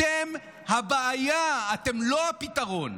אתם הבעיה, אתם לא הפתרון.